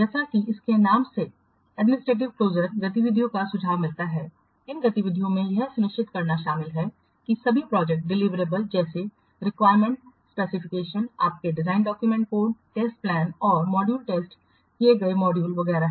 जैसा कि इसके नाम से एडमिनिस्ट्रेटि क्लोजर गतिविधियों का सुझाव मिलता है इन गतिविधियों में यह सुनिश्चित करना शामिल है कि सभी प्रोजेक्ट डिलीवरेबल जैसे रिक्वायरमेंट स्पेसिफिकेशन आपके design document code test plan और मॉड्यूल टेस्ट किए गए मॉड्यूल वगैरह